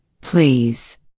please